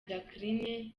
jackline